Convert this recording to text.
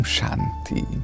Shanti